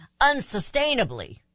Unsustainably